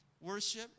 worship